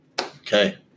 okay